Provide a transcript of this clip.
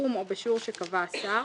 בסכום או בשיעור שקבע השר.